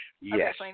Yes